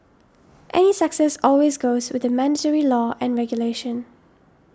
any success always goes with the mandatory law and regulation